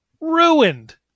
ruined